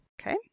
Okay